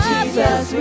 Jesus